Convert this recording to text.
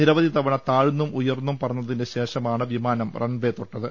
നിരവധി തവണ താഴ്ന്നും ഉയർ ന്നും പറന്നതിന് ശേഷമാണ് വിമാനം റൺവേ തൊട്ടത്